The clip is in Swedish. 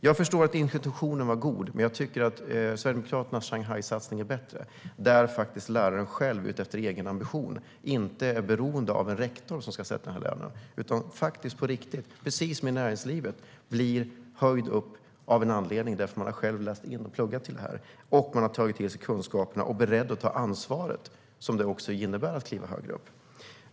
Jag förstår att intentionen var god, men jag tycker att Sverigedemokraternas Shanghaisatsning är bättre. Där är läraren själv, efter egen ambition, inte beroende av en rektor som ska sätta lönen. I stället blir faktiskt läraren på riktigt, precis som i näringslivet, höjd av en anledning - därför att man själv har läst in och pluggat till detta. Man har tagit till sig kunskaperna och är beredd att ta det ansvar det också innebär att kliva högre upp.